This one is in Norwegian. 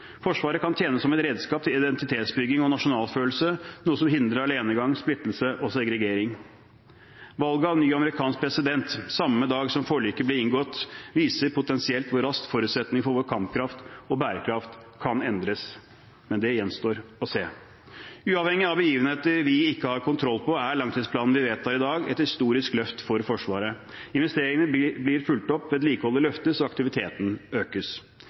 Forsvaret kan tjene som et redskap til identitetsbygging og nasjonalfølelse, noe som hindrer alenegang, splittelse og segregering. Valget av ny amerikansk president samme dag som forliket ble inngått, viser potensielt hvor raskt forutsetningene for vår kampkraft og bærekraft kan endres. Men det gjenstår å se. Uavhengig av begivenheter vi ikke har kontroll på, er langtidsplanen vi vedtar i dag, et historisk løft for Forsvaret. Investeringene blir fulgt opp, vedlikeholdet løftes, og aktiviteten økes.